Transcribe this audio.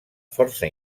força